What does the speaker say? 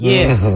Yes